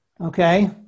Okay